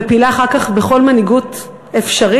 ופעילה אחר כך בכל מנהיגות אפשרית,